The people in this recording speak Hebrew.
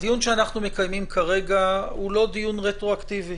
הדיון שאנחנו מקיימים כרגע הוא לא דיון רטרואקטיבי.